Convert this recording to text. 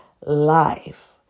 life